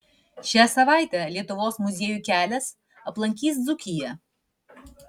šią savaitę lietuvos muziejų kelias aplankys dzūkiją